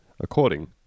according